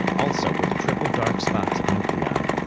also with the triple dark spots of nuclei.